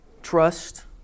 trust